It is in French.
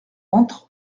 entre